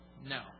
No